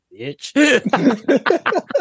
bitch